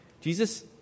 Jesus